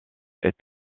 est